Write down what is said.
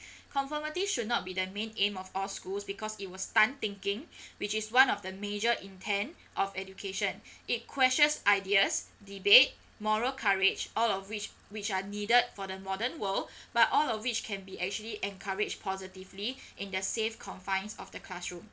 conformity it should not be the main aim of all schools because it was done thinking which is one of the major intent of education it questions ideas debate moral courage all of which which are needed for the modern world but all of which can be actually encouraged positively in the safe confines of the classroom